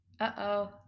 Uh-oh